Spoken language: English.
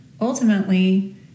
ultimately